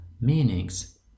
meanings